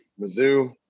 Mizzou